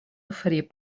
oferir